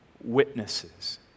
witnesses